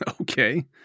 Okay